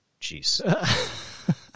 Jeez